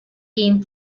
game